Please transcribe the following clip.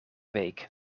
week